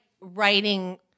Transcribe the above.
writing